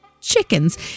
chickens